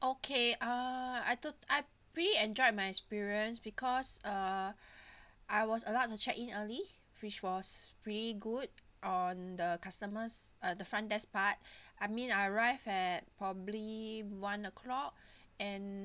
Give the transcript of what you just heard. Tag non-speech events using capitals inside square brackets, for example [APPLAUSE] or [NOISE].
okay uh I took I pretty enjoyed my experience because uh [BREATH] I was allowed to check-in early which was pretty good on the customers uh the front desk part [BREATH] I mean I arrived at probably one O'clock [BREATH] and